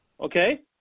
okay